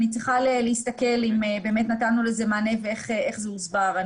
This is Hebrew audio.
אני צריכה להסתכל אם באמת נתנו לזה מענה ואיך זה הוסבר.